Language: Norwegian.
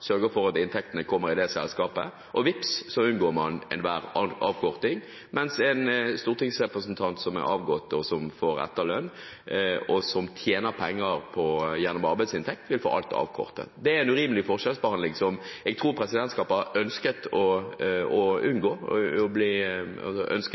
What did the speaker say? sørger for at inntektene kommer i det selskapet, og vips så unngår man enhver avkorting. Mens en avgått stortingsrepresentant som får etterlønn, og som tjener penger gjennom arbeidsinntekt, vil få alt avkortet. Det er en urimelig forskjellsbehandling, som jeg tror presidentskapet har ønsket